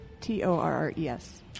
T-O-R-R-E-S